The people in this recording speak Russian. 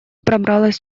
пробралась